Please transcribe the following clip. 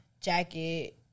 jacket